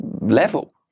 level